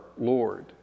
Lord